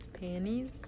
panties